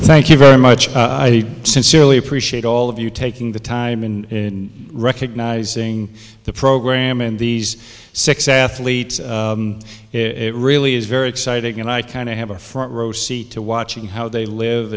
you very much i sincerely appreciate all of you taking the time in in recognizing the program in these six athletes um it really is very exciting and i can have a front row seat to watching how they live